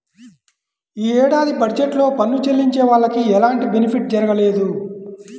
యీ ఏడాది బడ్జెట్ లో పన్ను చెల్లించే వాళ్లకి ఎలాంటి బెనిఫిట్ జరగలేదు